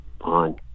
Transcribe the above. on